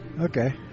Okay